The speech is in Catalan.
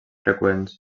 freqüents